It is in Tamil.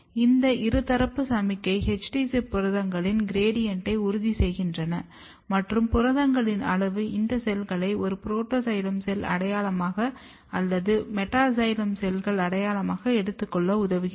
இந்த இருதரப்பு சமிக்ஞை HD ZIP புரதங்களின் கிரேட்டியன்ட்டை உறுதிசெய்கிறது மற்றும் புரதங்களின் அளவு இந்த செல்களை ஒரு புரோட்டாக்சைலம் செல் அடையாளமாக அல்லது மெட்டாக்ஸைலம் செல்கள் அடையாளமாக எடுத்துக்கொள்ள உதவுகிறது